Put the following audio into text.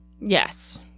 Yes